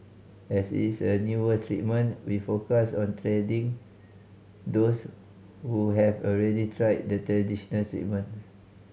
as is a newer treatment we focus on treating those who have already tried the traditional treatments